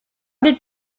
did